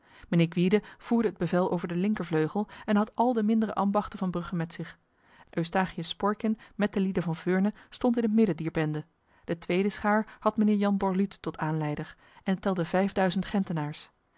mijnheer gwyde voerde het bevel over de linkervleugel en had al de mindere ambachten van brugge met zich eustachius sporkyn met de lieden van veurne stond in het midden dier bende de tweede schaar had mijnheer jan borluut tot aanleider en telde vijfduizend gentenaars